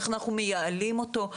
איך אנחנו מייעלים אותו,